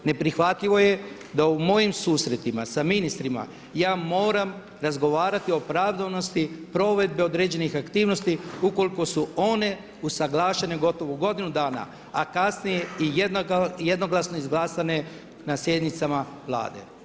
Ne prihvatljivo je da u mojim susretima, sa ministrima, ja moram razgovarati o opravdanosti provedbe određenih aktivnosti, ukoliko su one, usuglašene gotovo u godinu dana, a kasnije i jednoglasno izglasane na sjednicama Vlade.